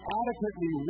adequately